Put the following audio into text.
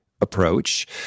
approach